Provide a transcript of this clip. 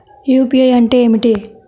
UPI అంటే ఏమిటి?